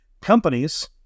companies